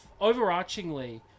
Overarchingly